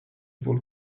ball